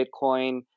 Bitcoin